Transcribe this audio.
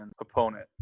opponent